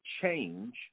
change